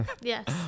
Yes